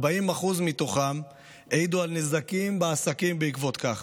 40% מתוכם העידו על נזקים בעסקים בעקבות כך,